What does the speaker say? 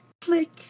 click